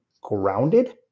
grounded